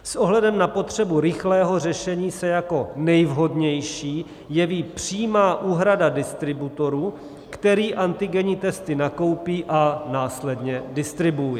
S ohledem na potřebu rychlého řešení se jako nejvhodnější jeví přímá úhrada distributorovi, který antigenní testy nakoupí a následně distribuuje.